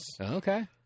Okay